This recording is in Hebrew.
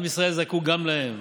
ישראל זקוק גם להם.